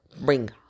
bring